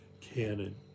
canon